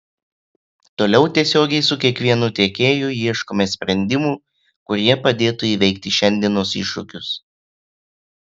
toliau tiesiogiai su kiekvienu tiekėju ieškome sprendimų kurie padėtų įveikti šiandienos iššūkius